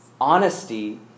Honesty